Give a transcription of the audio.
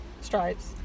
Stripes